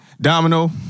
Domino